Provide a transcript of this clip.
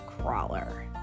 crawler